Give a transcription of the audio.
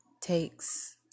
takes